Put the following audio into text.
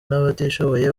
n’abatishoboye